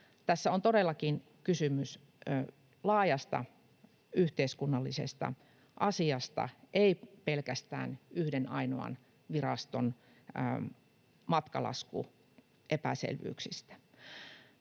Tässä on todellakin kysymys laajasta yhteiskunnallisesta asiasta, ei pelkästään yhden ainoan viraston matkalaskuepäselvyyksistä.